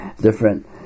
Different